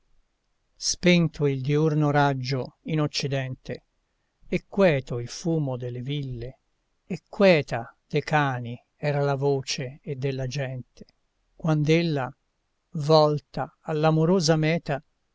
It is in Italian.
spento il diurno raggio in occidente e queto il fumo delle ville e queta de cani era la voce e della gente quand'ella volta all'amorosa meta